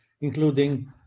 including